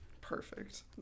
perfect